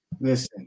Listen